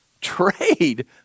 trade